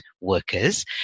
workers